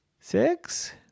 six